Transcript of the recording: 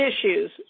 issues